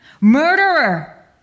Murderer